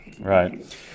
Right